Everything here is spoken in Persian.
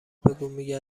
بگو، میگه